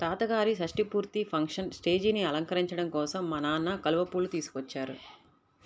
తాతగారి షష్టి పూర్తి ఫంక్షన్ స్టేజీని అలంకరించడం కోసం మా నాన్న కలువ పూలు తీసుకొచ్చారు